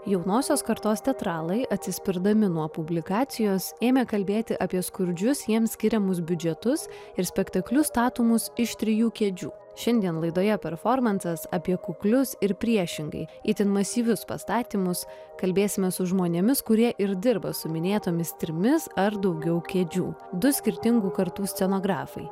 jaunosios kartos teatralai atsispirdami nuo publikacijos ėmė kalbėti apie skurdžius jiems skiriamus biudžetus ir spektaklius statomus iš trijų kėdžių šiandien laidoje performansas apie kuklius ir priešingai itin masyvius pastatymus kalbėsime su žmonėmis kurie ir dirba su minėtomis trimis ar daugiau kėdžių du skirtingų kartų scenografai